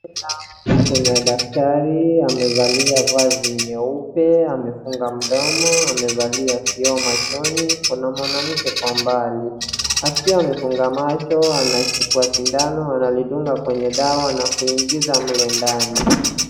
Mbele yangu kuna daktari amevalia vazi nyeupe, amefunga mdomo, amevalia kioo machoni. Kuna mwanamke kwa umbali akiwa amefunga macho anachukua sindano analidunga kwenye dawa na kuingiza mle ndani.